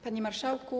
Panie Marszałku!